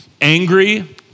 Angry